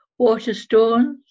Waterstones